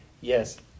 Yes